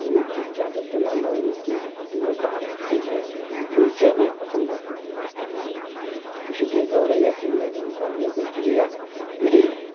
इनकी चाल ओ चलन और इनकी का आकर्षक है उनसे मैं प्रसन्न रहता हूँ इसलिए गौरैया चिड़िया के मुकाबले कोई चिड़िया नहीं है